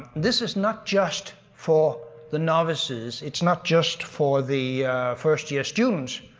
this is not just for the novices. it's not just for the first year students.